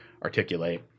articulate